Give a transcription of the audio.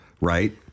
right